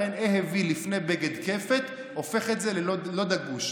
לכן אהו"י לפני בג"ד כפ"ת הופך את זה ללא דגוש.